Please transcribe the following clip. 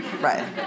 right